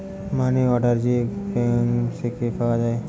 মানি order যে গুলা bank থিকে পাওয়া যায়